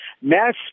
mass